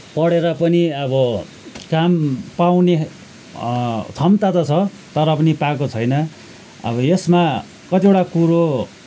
पढेर पनि अब काम पाउने क्षमता त छ तर पनि पाएको छैन अब यसमा कतिवटा कुरो